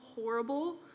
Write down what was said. horrible